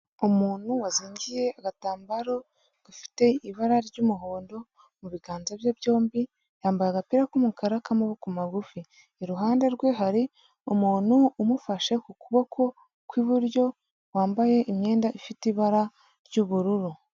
Umuntu wazingiye agatambaro gafite ibara ry'umuhondo mu biganza bye byombi, yambaye agapira k'umukara k'amaboko magufi iruhande rwe hari umuntu umufashe ku kuboko kw'iburyo wambaye imyenda ifite ibara ry'ubururu.